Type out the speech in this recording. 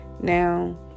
now